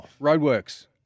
roadworks